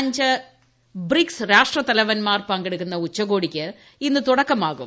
അഞ്ച് ബ്രിക്ട്സ് രാഷ്ട്രത്തലവന്മാർ പങ്കെടുക്കുന്ന ഉച്ചകോടിക്ക് ഇന്ന് തുടക്കുമാകും